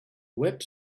web